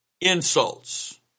insults